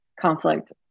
conflict